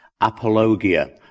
apologia